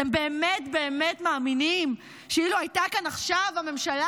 אתם באמת באמת מאמינים שאילו הייתה כאן עכשיו הממשלה